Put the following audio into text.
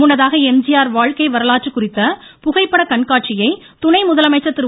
முன்னதாக எம்ஜிஆர் வாழ்க்கை வரலாறு குறித்த புகைப்பட கண்காட்சியை துணை முதலமைச்சர் திரு